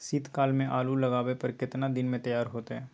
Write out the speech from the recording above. शीत काल में आलू लगाबय पर केतना दीन में तैयार होतै?